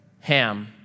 Ham